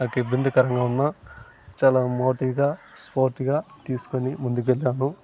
నాకు ఇబ్బందికరంగా ఉన్నా చాలా మోటివ్గా స్పోర్టివ్గా తీసుకుని ముందుకి వెళ్ళాను